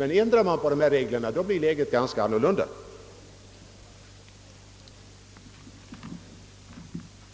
Ändrar man dessa regler, ter sig läget annorlunda.